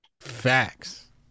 Facts